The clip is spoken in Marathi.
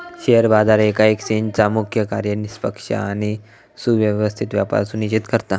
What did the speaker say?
शेअर बाजार येका एक्सचेंजचा मुख्य कार्य निष्पक्ष आणि सुव्यवस्थित व्यापार सुनिश्चित करता